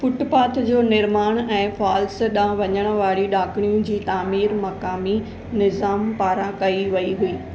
footpath जो निर्माणु ऐं फॉल्स ॾांहुं वञणु वारी ॾाकणियूं जी तामीर मक़ामी निज़ामु पारां कई वेई हुई